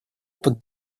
опыт